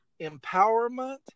empowerment